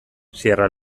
sierra